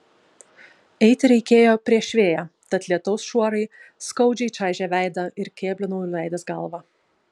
eiti reikėjo prieš vėją tad lietaus šuorai skaudžiai čaižė veidą ir kėblinau nuleidęs galvą